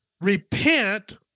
repent